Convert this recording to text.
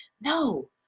No